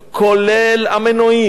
כולל המנועים,